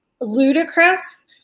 ludicrous